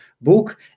book